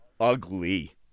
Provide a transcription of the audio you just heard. ugly